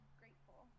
grateful